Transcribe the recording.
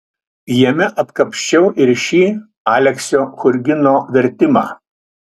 jame atkapsčiau ir šį aleksio churgino vertimą